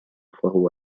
فهو